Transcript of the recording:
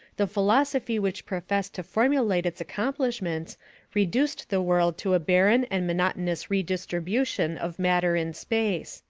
the philosophy which professed to formulate its accomplishments reduced the world to a barren and monotonous redistribution of matter in space.